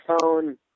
phone